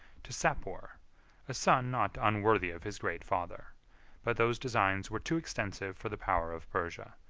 to sapor, a son not unworthy of his great father but those designs were too extensive for the power of persia,